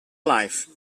life